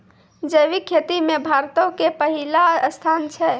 जैविक खेती मे भारतो के पहिला स्थान छै